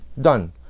Done